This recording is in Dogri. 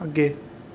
अग्गें